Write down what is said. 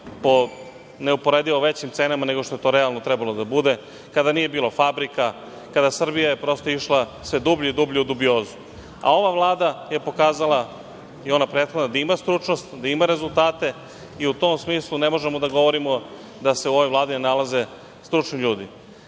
neuporedivo većim cenama nego što je to realno trebalo da bude, kada nije bilo fabrika, kada je Srbija išla sve dublje i dublje u dubiozu. Ova Vlada i ona prethodna je pokazala da ima stručnost, da ima rezultate i u tom smislu ne možemo da govorimo da se u ovoj Vladi ne nalaze stručni ljudi. Takođe